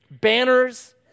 Banners